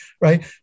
right